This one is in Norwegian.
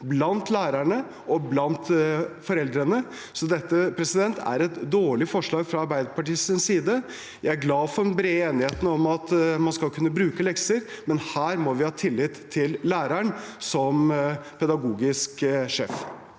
blant lærerne og blant foreldrene. Så dette er et dårlig forslag fra Arbeiderpartiets side. Jeg er glad for den brede enigheten om at man skal kunne bruke lekser, men her må vi ha tillit til læreren som pedagogisk sjef.